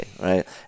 right